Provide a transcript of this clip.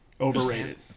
overrated